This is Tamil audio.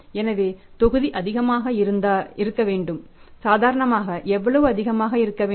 எனவே தொகுதி அதிகமாக இருக்க வேண்டும் சாதாரணமாக எவ்வளவு அதிகமாக இருக்க வேண்டும்